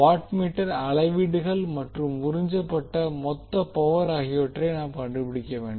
wattmeter அளவீடுகள் மற்றும் உறிஞ்சப்பட்ட மொத்த பவர் ஆகியவற்றை நாம் கண்டுபிடிக்க வேண்டும்